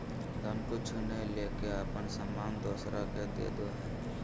दान कुछु नय लेके अपन सामान दोसरा के देदो हइ